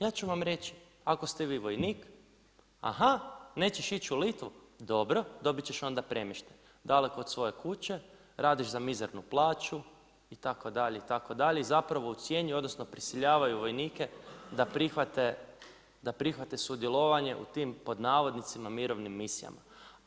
Ja ću vam reći, ako ste vi vojnik, aha nećeš ići u Litvu, dobro, dobit ćeš onda premještaj, daleko od svoje kuće, radiš za mizarnu plaću itd., itd., i zapravo ucjenjuju, odnosno prisiljavaju vojnike da prihvate sudjelovanje u tim „mirovnim misijama“